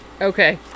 Okay